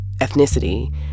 ethnicity